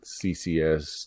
CCS